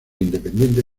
independiente